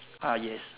ah yes